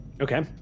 okay